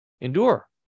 Endure